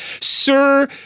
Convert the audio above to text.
Sir